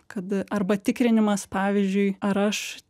kad arba tikrinimas pavyzdžiui ar aš